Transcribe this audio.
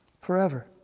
forever